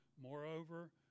Moreover